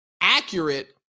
accurate